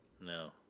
No